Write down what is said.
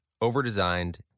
over-designed